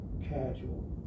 casual